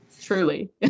Truly